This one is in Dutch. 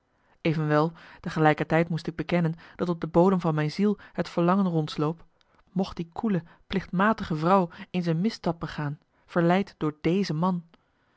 evenwel tegelijkertijd moest ik bekennen dat op marcellus emants een nagelaten bekentenis de bodem van mijn ziel het verlangen rondsloop mocht die koele plichtmatige vrouw eens een misstap begaan verleid door deze man